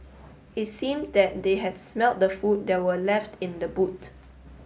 it seemed that they had smelt the food that were left in the boot